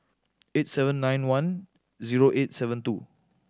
eight seven nine one zero eight seven two